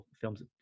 films